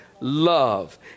love